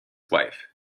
wife